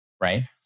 right